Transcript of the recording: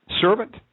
servant